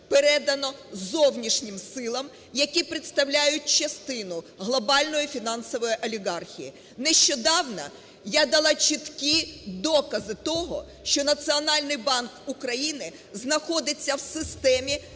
передано зовнішнім силам, які представляють частину глобальної фінансової олігархії. Нещодавно я дала чіткі докази того, що Національний банк України знаходиться в системі